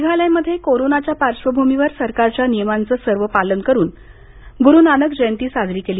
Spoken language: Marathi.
मेघालयमध्ये कोरोनाच्या पार्श्वभूमीवर सरकारच्या नियमांचं पालन करून गुरु नानक जयंती साजरी केली